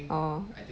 orh